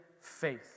faith